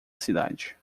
cidade